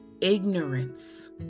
ignorance